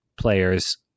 players